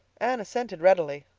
anne assented readily.